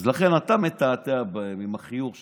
אז לכן, אתה מתעתע בהם עם החיוך שלך,